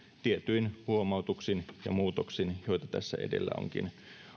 tietyin huomautuksin ja muutoksin joita tässä edellä onkin